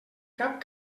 cap